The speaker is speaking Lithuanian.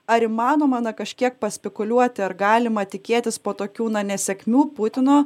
ar įmanoma na kažkiek paspekuliuoti ar galima tikėtis po tokių nesėkmių putino